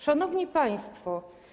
Szanowni Państwo!